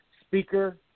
speaker